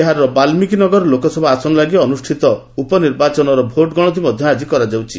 ବିହାରର ବାଲ୍ମିକୀ ନଗର ଲୋକସଭା ଆସନ ଲାଗି ଅନୁଷ୍ଠିତ ନିର୍ବାଚନର ଭୋଟଗଣତି ମଧ୍ୟ ଆଜି କରାଯିବ